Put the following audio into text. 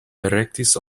direktis